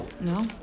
No